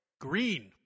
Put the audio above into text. Green